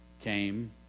came